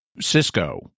Cisco